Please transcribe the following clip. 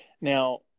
now